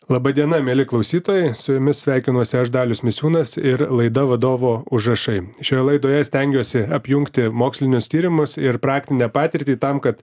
laba diena mieli klausytojai su jumis sveikinuosi aš dalius misiūnas ir laida vadovo užrašai šioje laidoje stengiuosi apjungti mokslinius tyrimus ir praktinę patirtį tam kad